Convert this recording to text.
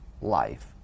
life